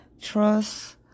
trust